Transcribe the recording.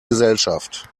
gesellschaft